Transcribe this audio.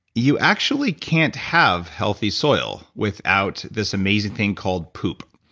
you actually can't have healthy soil without this amazing thing called poop.